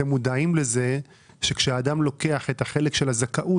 ואתם מודעים לזה שכשאדם לוקח את החלק של הזכאות,